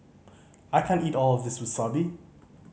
I can't eat all of this Wasabi